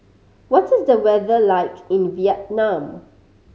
what is the weather like in Vietnam